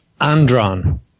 Andron